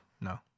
No